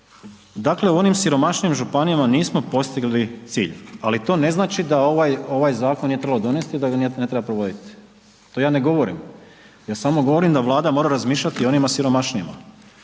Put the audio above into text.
Dakle, u onim siromašnijim županijama nismo postigli cilj, ali to ne znači da ovaj, ovaj zakon nije trebalo donesti, da ga ne treba provoditi. To ja ne govorim, ja samo govorim da Vlada mora razmišljati i o onima siromašnijima,